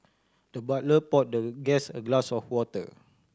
the butler poured the guest a glass of water